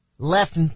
Left